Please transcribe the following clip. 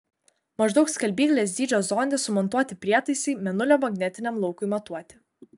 maždaug skalbyklės dydžio zonde sumontuoti prietaisai mėnulio magnetiniam laukui matuoti